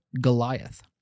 Goliath